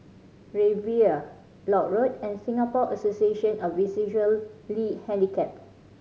Riviera Lock Road and Singapore Association of Visually Handicapped